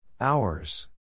Hours